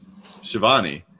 Shivani